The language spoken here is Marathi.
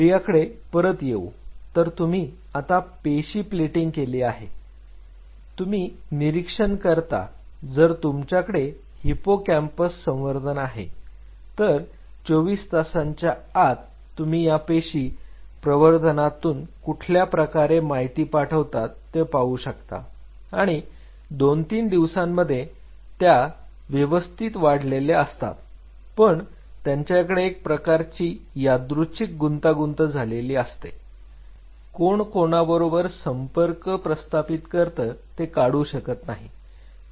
प्रियाकडे परत येऊ तर तुम्ही आता पेशी प्लेटिंग केली आहे आता तुम्ही निरीक्षण करता जर तुमच्याकडे हिपोकॅम्पस संवर्धन आहे तर 24 तासांच्या आत तुम्ही ही या पेशी प्रवर्धनातून कुठल्या प्रकारे माहिती पाठवतात ते पाहू शकता आणि 2 3 दिवसांमध्ये त्या व्यवस्थित वाढलेले असतात पण त्यांच्याकडे एक प्रकारची यादृच्छिक गुंतागुंत झालेली असते कोण कोणाबरोबर संपर्क स्थान करते ते काढू शकत नाही